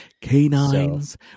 Canines